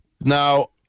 Now